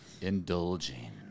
Indulging